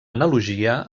analogia